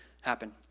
happen